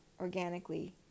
organically